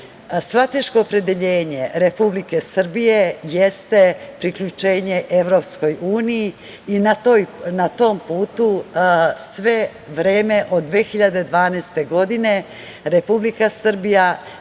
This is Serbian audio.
jeste. Strateško opredeljenje Republike Srbije jeste priključenje EU i na tom putu sve vreme, od 2012. godine, Republika Srbija,